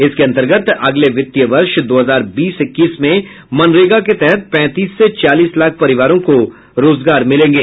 इसके अंतर्गत अगले वित्तीय वर्ष दो हजार बीस इक्कीस में मनरेगा के तहत पैंतीस से चालीस लाख परिवारों को रोजगार मिलेंगे